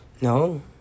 No